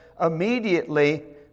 immediately